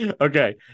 okay